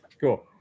cool